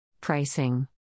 Pricing